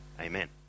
Amen